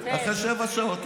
אחרי שבע שעות,